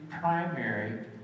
primary